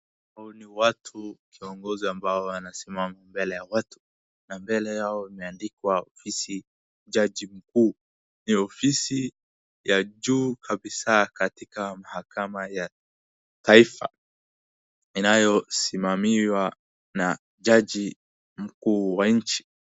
Hao ni watu kiongozi ambao wanasimama mbele ya watu. Na mbele yao imeandikwa ofisi jaji mkuu. Ni ofisi ya juu kabisa katika mahakama ya taifa inayosimamiwa na jaji mkuu wa nchi.